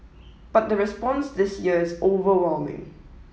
but the response this year is overwhelming